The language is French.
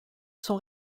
sont